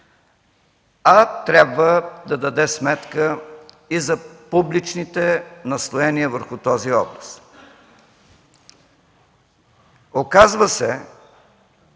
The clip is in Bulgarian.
а трябва да даде сметка и за публичните наслоения върху този образ. Оказва се,